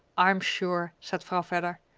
i'm sure, said vrouw vedder.